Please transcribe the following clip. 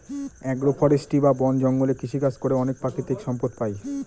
আগ্র ফরেষ্ট্রী বা বন জঙ্গলে কৃষিকাজ করে অনেক প্রাকৃতিক সম্পদ পাই